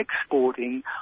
exporting